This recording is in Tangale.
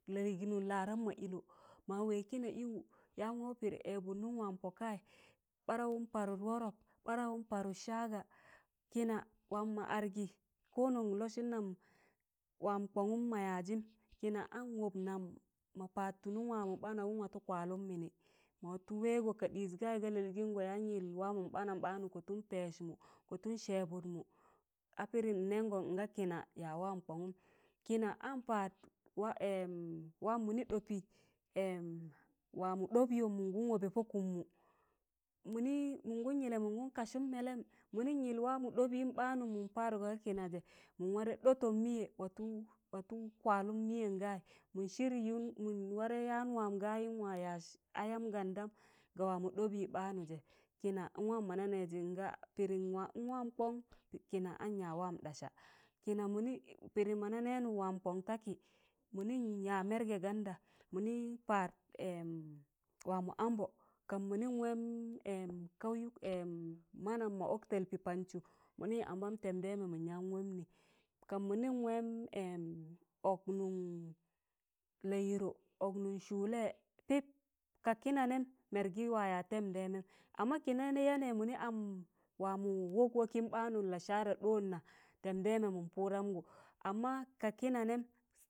lallịnụm laaram ma ịlọ ma wẹịz kịna ịwụ yan waụ pịdị ẹẹbụt nụm waam pọkayị, marawụn parụd wọrọp, marawụn parụd saaga, kịna waam ma adgị konon lọsịn nam waam kọngụm ma yaịzịm kịna an wọp nam ma patọ nụm waamụ ɓaana kụm watọ kwalụn mịnị ma watọ wẹẹgo ka ɗịz kaị ga lalịịngọ yan yịl waam ɓaanam ɓanụ kọtụn pẹẹyịsmụ kọtụm sẹbụtmụ a pịdịm nẹngọn nga kịna ya waam kọngụm kịna an pad wa waam mịnị ɗọpị wamọ ɗọb yọm mịngan wọbẹ pọ kụmmụ mịni mingan yịllẹ mịngan kasụm mẹlẹm mịnịn yịl waamọ ɗọɓyịm ɓaanụm mịn padgọ ga kịna zẹ mịn warẹ ɗọtọn mịyẹ watọ watọ kwalụn mịyẹn gayị mịn shiryun mịn warẹ waamọn ɗọbyịm ɓaanụzẹ kịna awam mọna nẹịzẹ awaam kọn kịna an yaịz waam ɗasa. kina pịdịm mọna nẹnụ waam kọn takị mịnịn yaịzẹ mẹrgẹ ganda mịnị pad waamọ ambọ kan mịnịn wẹẹm kawyum manam mọ ọk talpị pand sụ mịnị ambam tendemeje min yan wam nị, kan mịnịn waam ọk nụm layịrọ, ọk nụm sụụlẹ pịb ka kịna nem mergi wa yaa tẹndẹmẹm amma kịna yaa nẹẹ mịnị ang wamọ wọkwọkịm ɓaanụm lasara ɗọọna tẹndẹmẹ mịn pụdamgụ ka kịna nẹẹm.